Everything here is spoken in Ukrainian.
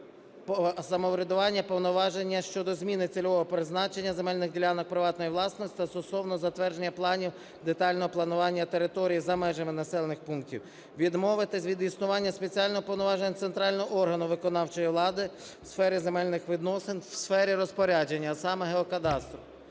самоврядування повноваження щодо зміни цільового призначення земельних ділянок приватної власності та стосовно затвердження планів детального планування територій за межами населених пунктів. Відмовитись від існування спеціально уповноваженого центрального органу виконавчої влади у сфері земельних відносин, в сфері розпорядження, а саме Геокадастру.